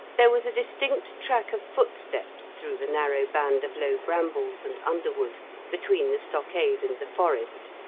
there was a distinct track of footsteps through the narrow band of low brambles and underwood between the stockade and the forest.